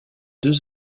deux